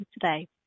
today